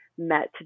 met